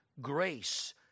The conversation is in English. grace